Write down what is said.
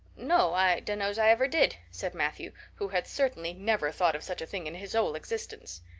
no, i dunno's i ever did, said matthew, who had certainly never thought of such a thing in his whole existence.